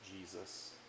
Jesus